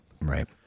Right